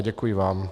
Děkuji vám.